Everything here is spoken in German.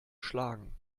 schlagen